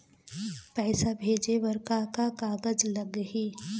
पैसा भेजे बर का का कागज लगही?